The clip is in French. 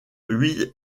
huit